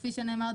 כפי שנאמר,